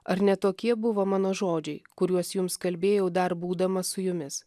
ar ne tokie buvo mano žodžiai kuriuos jums kalbėjau dar būdamas su jumis